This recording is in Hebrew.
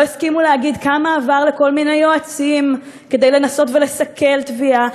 לא הסכימו להגיד כמה עבר לכל מיני יועצים כדי לנסות לסכל תביעה.